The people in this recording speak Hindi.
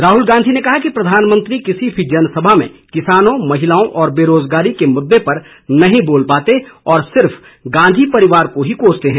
राहुल गांधी ने कहा कि प्रधानमंत्री किसी भी जनसभा में किसान महिलाओं और बेरोजगारी के मुद्दे पर नहीं बोल पाते हैं और सिर्फ गांधी परिवार को ही कोसते हैं